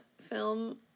film